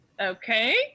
Okay